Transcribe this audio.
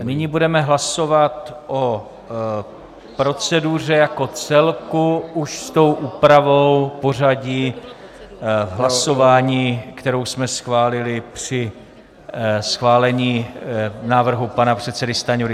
Nyní budeme hlasovat o proceduře jako celku už s tou úpravou pořadí hlasování, kterou jsme schválili při schválení návrhu pana předsedy Stanjury.